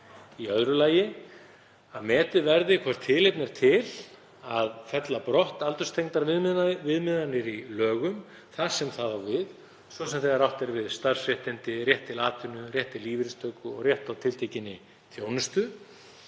Í öðru lagi að metið verði hvort tilefni sé til að fella brott aldurstengdar viðmiðanir í lögum þar sem það á við, svo sem þegar átt er við starfsréttindi, rétt til atvinnu, rétt til lífeyristöku og rétt á tiltekinni þjónustu.